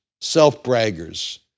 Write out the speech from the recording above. self-braggers